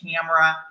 camera